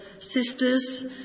sisters